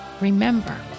Remember